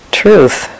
truth